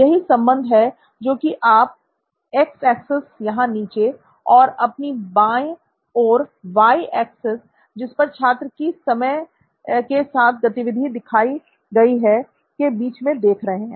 यही संबंध है जो कि आप एक्स एक्सेस यहां नीचे और आपकी बाएं और वाई एक्सेस जिस पर छात्र की समय के साथ गतिविधि दिखाई गई हैं के बीच मैं देख रहे हैं